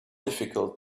difficult